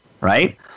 Right